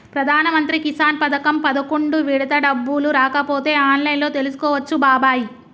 ప్రధానమంత్రి కిసాన్ పథకం పదకొండు విడత డబ్బులు రాకపోతే ఆన్లైన్లో తెలుసుకోవచ్చు బాబాయి